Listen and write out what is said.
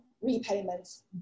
repayments